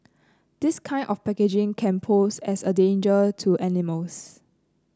this kind of packaging can pose as a danger to animals